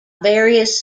various